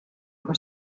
for